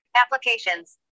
Applications